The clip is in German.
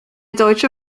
deutsche